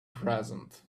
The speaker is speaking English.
present